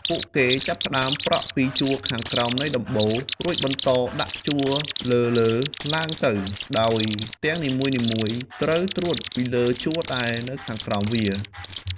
ពួកគេចាប់ផ្ដើមប្រក់ពីជួរខាងក្រោមនៃដំបូល រួចបន្តដាក់ជួរលើៗឡើងទៅ ដោយផ្ទាំងនីមួយៗត្រូវត្រួតពីលើជួរដែលនៅខាងក្រោមវា។